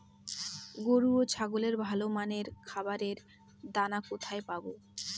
গরু ও ছাগলের ভালো মানের খাবারের দানা কোথায় পাবো?